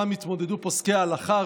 עימן התמודדו פוסקי ההלכה.